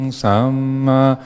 samma